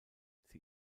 sie